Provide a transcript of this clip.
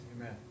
Amen